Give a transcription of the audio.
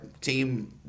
team